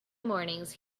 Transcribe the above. mornings